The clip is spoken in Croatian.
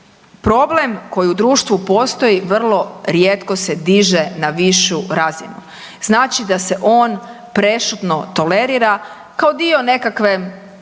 problem koji u društvu postoji vrlo rijetko se diže na višu razinu. Znači da se on prešutno tolerira kao dio nekakve